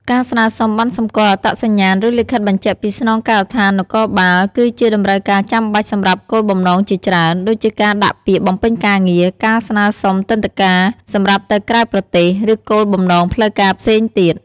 ការស្នើសុំ ប័ណ្ណសម្គាល់អត្តសញ្ញាណ ឬលិខិតបញ្ជាក់ពីស្នងការដ្ឋាននគរបាល គឺជាតម្រូវការចាំបាច់សម្រាប់គោលបំណងជាច្រើន ដូចជាការដាក់ពាក្យបំពេញការងារ ការស្នើសុំទិដ្ឋាការ សម្រាប់ទៅក្រៅប្រទេស ឬគោលបំណងផ្លូវការផ្សេងទៀត។